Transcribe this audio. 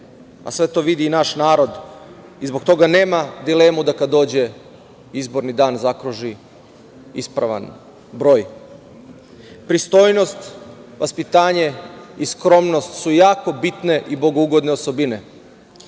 Sve to vidi i naš narod i zbog toga nema dilemu da kada dođe izborni dan zaokruži ispravan broj. Pristojnost, vaspitanje i skromnost su jako bitne i bogougodne osobine